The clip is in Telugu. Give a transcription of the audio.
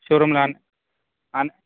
షోరూమ్లో ఆన్ ఆన్